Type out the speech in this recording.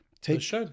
Take